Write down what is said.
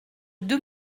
deux